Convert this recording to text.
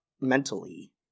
mentally